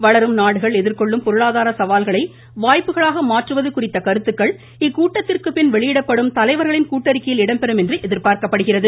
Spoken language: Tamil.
வளரும் நாடுகள் எதிர்கொள்ளும் பொருளாதார சவால்களை வாய்ப்புகளாக மாற்றுவது குறித்த கருத்துக்கள் இக்கூட்டத்திற்கு பின் வெளியிடப்படும் தலைவர்களின் கூட்டறிக்கையில் இடம்பெறும் என்று எதிர்பார்க்கப்படுகிறது